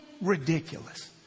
ridiculous